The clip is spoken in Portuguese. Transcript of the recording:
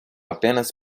apenas